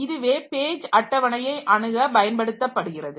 இதுவே பேஜ் அட்டவணையை அணுக பயன்படுத்தப்படுகிறது